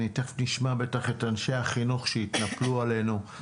תיכף נשמע בטח את אנשי החינוך שיתנפלו עלינו בגלל זה.